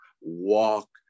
walk